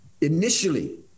initially